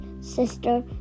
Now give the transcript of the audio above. sister